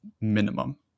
minimum